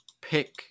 pick